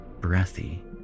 breathy